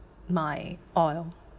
my oil